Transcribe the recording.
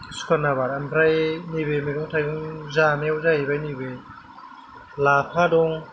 सुखान आबाद आमफ्राय नैबे मैगं थाइगं जानायाव जाहैबाय नैबे लाफा दं